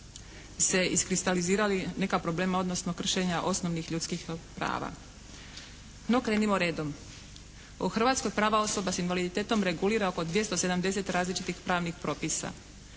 se iskristalizirali neka problema, odnosno kršenja osnovnih ljudskih prava. No krenimo redom. U Hrvatskoj prava osoba s invaliditetom regulira oko 270 različitih pravnih propisa.